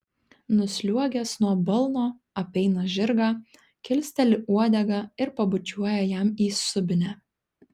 nusliuogęs nuo balno apeina žirgą kilsteli uodegą ir pabučiuoja jam į subinę